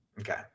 Okay